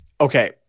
Okay